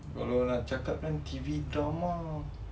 kalau nak cakapkan T_V drama